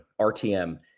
RTM